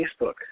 Facebook